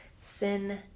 Sin